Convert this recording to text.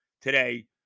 today